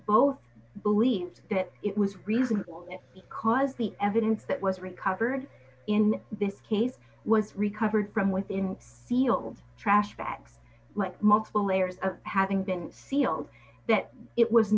both believes that it was reason because the evidence that was recovered in this case was recovered from within field trash bag like multiple layers of having been sealed that it was